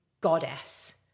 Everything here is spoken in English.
goddess